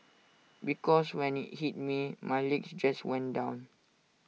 because when IT hit me my legs just went down